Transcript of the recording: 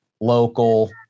local